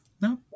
no